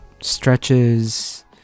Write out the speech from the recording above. stretches